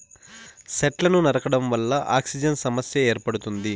సెట్లను నరకడం వల్ల ఆక్సిజన్ సమస్య ఏర్పడుతుంది